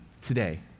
today